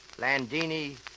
Landini